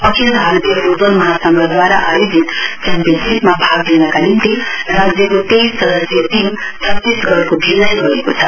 अखिल भारतीय फुटबल महासंघद्वारा आयोजित च्याम्पियनशीपमा भाग लिनका निम्ति राज्यको तेईस सदस्यीय टीम हिजो छतीसगढको भिल्लाई गएको छ